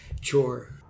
chore